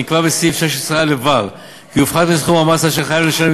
נקבע בסעיף 16א(ו) כי יופחת מסכום המס אשר חייב לשלם